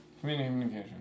Communication